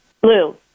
Blue